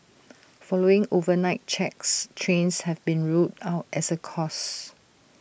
following overnight checks trains have been ruled out as A cause